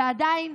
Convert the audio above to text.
ועדיין,